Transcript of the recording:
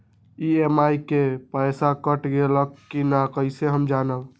EMI के पईसा cut गेलक कि ना कइसे हम जानब?